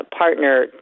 partner